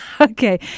Okay